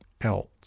else